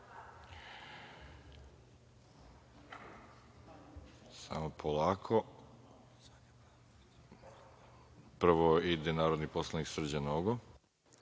Samo polako. Reč ima narodni poslanik Srđan Nogo.